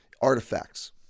artifacts